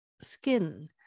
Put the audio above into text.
skin